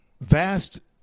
vast